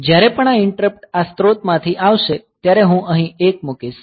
જ્યારે પણ આ ઈંટરપ્ટ આ સ્ત્રોતમાંથી આવશે ત્યારે હું અહીં 1 મૂકીશ